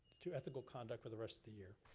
two ethical conduct for the rest of the year.